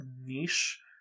niche